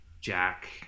Jack